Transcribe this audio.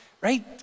Right